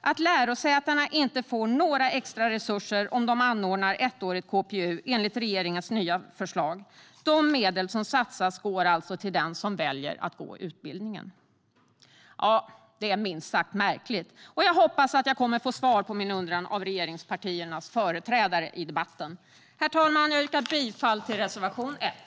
"att lärosätena inte får några extra resurser om de anordnar ettårig KPU enligt regeringens nya förslag, de medel som satsas går alltså till den som väljer att gå utbildningen". Det är minst sagt märkligt. Jag hoppas att jag kommer att få svar på min undran av regeringspartiernas företrädare i debatten. Herr talman! Jag yrkar bifall till reservation 1.